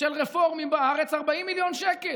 של רפורמים בארץ, 40 מיליון שקל,